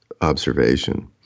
observation